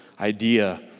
idea